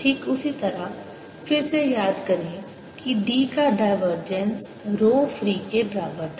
ठीक उसी तरह फिर से याद करें कि D का डायवर्जेंस रो फ्री के बराबर था